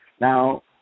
Now